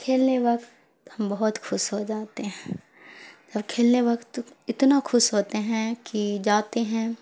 کھیلنے وقت ہم بہت خوش ہو جاتے ہیں جب کھیلنے وقت اتنا خوش ہوتے ہیں کہ جاتے ہیں